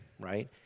right